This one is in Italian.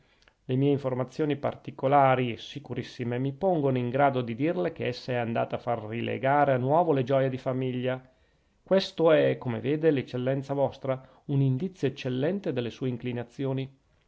le mie informazioni particolari e sicurissime mi pongono in grado di dirle che essa è andata a far rilegare a nuovo le gioie di famiglia questo è come vede l'eccellenza vostra un indizio eccellente delle sue inclinazioni